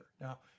Now